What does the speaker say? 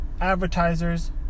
advertisers